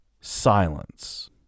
Silence